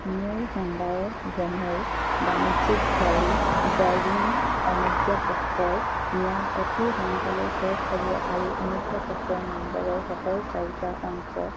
মোৰ হুণ্ডাই ভেন্যুৰ বাণিজ্যিক গাড়ী ড্ৰাইভিং অনুজ্ঞাপত্ৰৰ ম্যাদ অতি সোনকালে শেষ হ 'ব আৰু অনুজ্ঞাপত্ৰ নম্বৰৰ শেষৰ চাৰিটা অংক